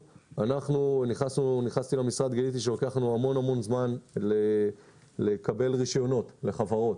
כשנכנסתי למשרד גיליתי שלוקח לנו המון זמן לתת רישיונות לחברות.